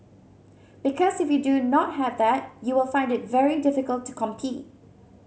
because if you do not have that you will find it very difficult to compete